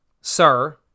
Sir